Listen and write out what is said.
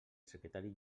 secretari